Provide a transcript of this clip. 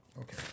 Okay